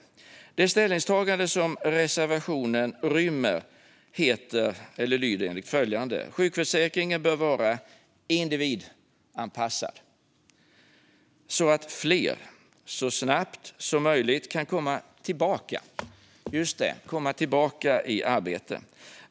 Det ställningstagande som reservationen rymmer lyder enligt följande: "Sjukförsäkringen bör vara individanpassad så att fler så snabbt som möjligt kan komma tillbaka i arbete.